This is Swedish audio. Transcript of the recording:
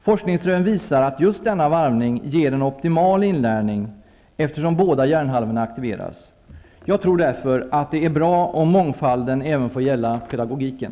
Forskningsrön visar att just denna varvning ger en optimal inlärning, eftersom båda hjärnhalvorna aktiveras. Jag tror därför att det är bra om mångfalden även får gälla pedagogiken.